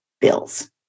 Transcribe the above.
bills